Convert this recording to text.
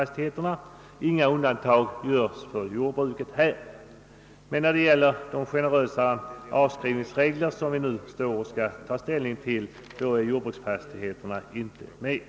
Här görs alltså inga undantag för jordbruket, men när det gäller de generösare avskrivningsregler som vi nu står i begrepp att besluta om är inte jordbruksfastigheterna med.